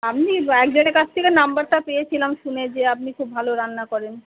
আপনি এক জনের কাছ থেকে নাম্বারটা পেয়েছিলাম শুনে যে আপনি খুব ভালো রান্না করেন